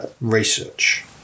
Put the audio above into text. research